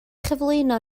chyflwyno